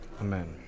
Amen